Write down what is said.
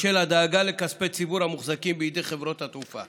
בשל הדאגה לכספי הציבור המוחזקים בידי חברות התעופה,